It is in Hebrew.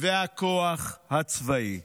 והכוח הצבאי,